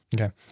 Okay